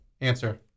answer